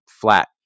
flat